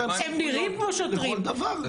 הם נראים כמו שוטרים לכל דבר.